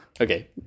okay